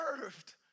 served